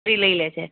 લઈ લે છે